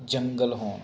ਜੰਗਲ ਹੋਣ